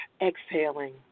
Exhaling